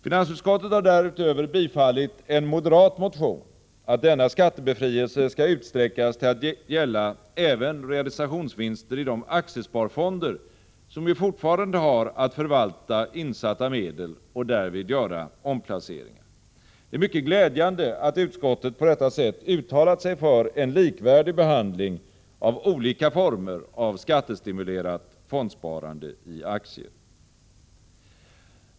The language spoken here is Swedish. Finansutskottet har därutöver tillstyrkt en moderat motion om att denna skattebefrielse skall utsträckas till att gälla även realisationsvinster i aktiesparfonder, som ju fortfarande har att förvalta insatta medel och därvid göra omplaceringar. Det är mycket glädjande att utskottet på detta sätt uttalat sig för en likvärdig behandling av olika former av skattestimulerat fondsparande i aktier.